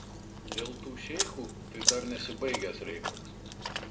dėl tų šeichų tai dar nesibaigęs reikalas